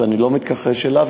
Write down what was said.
ואני לא מתכחש אליו,